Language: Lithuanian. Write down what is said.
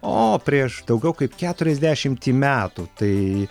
o prieš daugiau kaip keturiasdešimtį metų tai